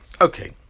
Okay